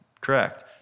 correct